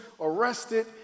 arrested